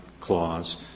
clause